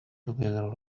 together